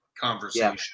conversation